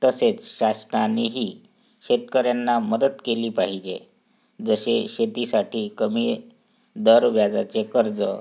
तसेच शासनानेही शेतकऱ्यांना मदत केली पाहिजे जसे शेतीसाठी कमी दर व्याजाचे कर्ज